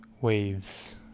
waves